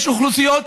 יש אוכלוסיות,